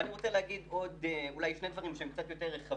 ואני רוצה להגיד אולי שני דברים שהם יותר רחבים,